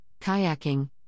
kayaking